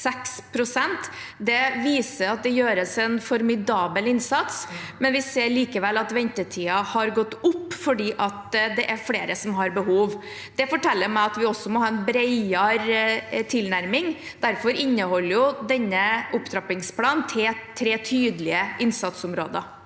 6 pst. Det viser at det gjøres en formidabel innsats, men vi ser likevel at ventetiden har gått opp fordi det er flere som har behov. Det forteller meg at vi også må ha en bredere tilnærming. Derfor inneholder denne opptrappingsplanen tre tydelige innsatsområder.